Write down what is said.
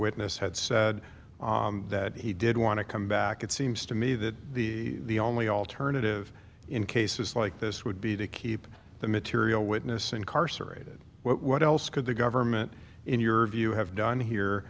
witness had said that he did want to come back it seems to me that the only alternative in cases like this would be to keep the material witness incarcerated what else could the government in your view have done here